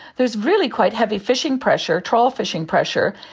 there's really quite heavy fishing pressure, trawl fishing pressure,